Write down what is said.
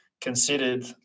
considered